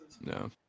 No